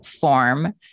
form